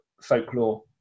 folklore